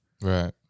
right